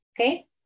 Okay